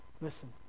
Listen